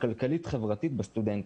הכלכלית-חברתית בסטודנטים.